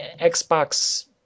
Xbox